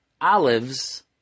olives